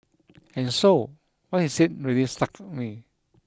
and so what he said really struck me